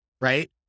right